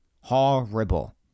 Horrible